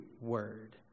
word